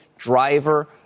driver